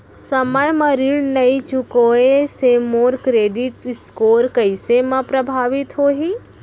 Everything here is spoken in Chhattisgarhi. समय म ऋण नई चुकोय से मोर क्रेडिट स्कोर कइसे म प्रभावित होही?